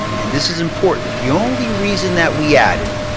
and this is important, the only reason that we added